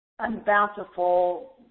unbountiful